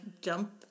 jump